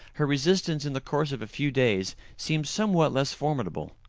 her resistance in the course of a few days seemed somewhat less formidable.